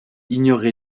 ignorer